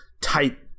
type